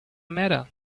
matter